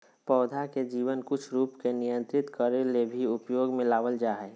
पौधा के जीवन कुछ रूप के नियंत्रित करे ले भी उपयोग में लाबल जा हइ